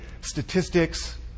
statistics